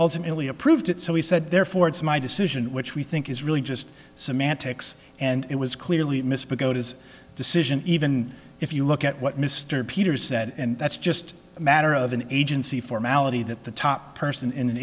ultimately approved it so he said therefore it's my decision which we think is really just semantics and it was clearly misspoke otis decision even if you look at what mr peters said and that's just a matter of an agency formality that the top person in an